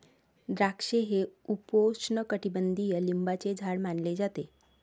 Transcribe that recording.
द्राक्षे हे उपोष्णकटिबंधीय लिंबाचे झाड मानले जाते